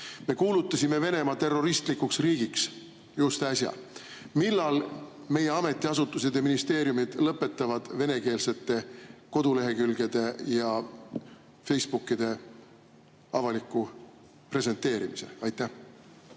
Me kuulutasime Venemaa terroristlikuks riigiks just äsja. Millal meie ametiasutused ja ministeeriumid lõpetavad venekeelsete kodulehekülgede ja Facebookide avaliku presenteerimise? Aitäh!